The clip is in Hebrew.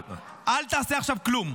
אל תעשה עכשיו כלום.